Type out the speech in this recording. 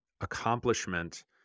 accomplishment